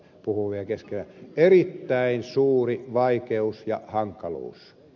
tämä on erittäin suuri vaikeus ja hankaluus